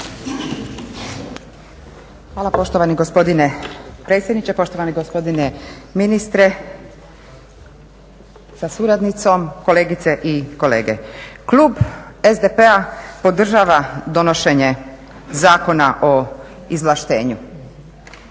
Hvala poštovani gospodine predsjedniče, poštovani gospodine ministre sa suradnicom, kolegice i kolege. Klub SDP-a podržava donošenje Zakona o izvlaštenju.